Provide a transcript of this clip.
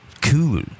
Cool